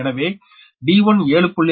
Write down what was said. எனவே d1 7